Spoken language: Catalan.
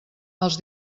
els